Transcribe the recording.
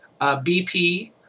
BP